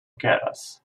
keras